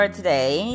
today